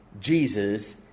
Jesus